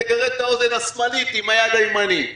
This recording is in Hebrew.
זה לגרד את האוזן השמאלית עם היד הימנית.